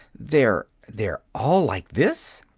they're they're all like this?